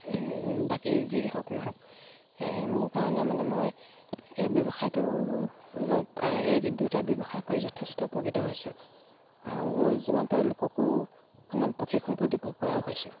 বাকী যি হওক নহওক মোৰ কাৰণে মানে মই এই ব্যৱসায়টো এই দুটা ব্যৱসায় কৰি যথেষ্ট উপকৃত হৈছোঁ আৰু যিমান পাৰো লোককো মানে প্ৰশিক্ষণটোও দিব পৰাও হৈছোঁ